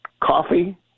coffee